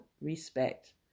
Respect